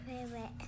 Favorite